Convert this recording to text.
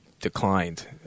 declined